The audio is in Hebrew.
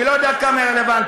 אני לא יודע עד כמה היא רלוונטית.